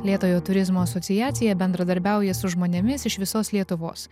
lėtojo turizmo asociacija bendradarbiauja su žmonėmis iš visos lietuvos